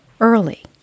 early